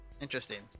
Interesting